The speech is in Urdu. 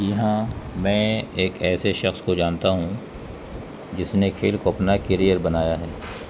جی ہاں میں ایک ایسے شخص کو جانتا ہوں جس نے کھیل کو اپنا کیریئر بنایا ہے